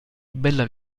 bella